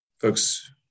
folks